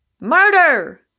Murder